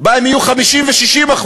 הם יהיו 50% ו-60%.